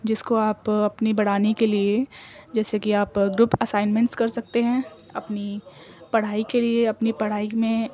جس کو آپ اپنی بڑھانے کے لیے جیسے کہ آپ گپ اسائنمنٹس کر سکتے ہیں اپنی پڑھائی کے لیے اپنی پڑھائی میں